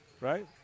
right